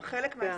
הם חלק מה-21.